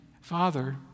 Father